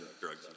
drugs